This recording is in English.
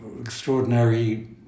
extraordinary